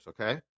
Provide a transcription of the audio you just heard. Okay